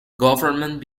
government